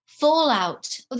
fallout